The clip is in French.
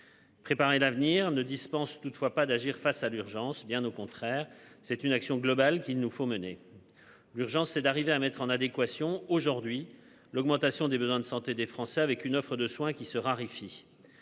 Préparer l'avenir ne dispense toutefois pas d'agir face à l'urgence, bien au contraire, c'est une action globale qu'il nous faut mener. L'urgence c'est d'arriver à mettre en adéquation aujourd'hui l'augmentation des besoins de santé des Français avec une offre de soins qui se raréfie.